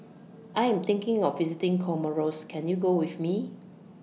I Am thinking of visiting Comoros Can YOU Go with Me